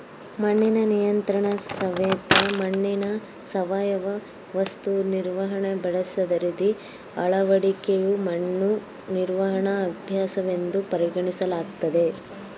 ಮಣ್ಣಿನ ನಿಯಂತ್ರಣಸವೆತ ಮಣ್ಣಿನ ಸಾವಯವ ವಸ್ತು ನಿರ್ವಹಣೆ ಬೆಳೆಸರದಿ ಅಳವಡಿಕೆಯು ಮಣ್ಣು ನಿರ್ವಹಣಾ ಅಭ್ಯಾಸವೆಂದು ಪರಿಗಣಿಸಲಾಗ್ತದೆ